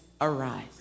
arise